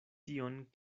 tion